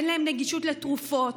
אין להם גישה לתרופות,